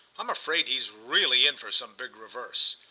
i'm afraid he's really in for some big reverse.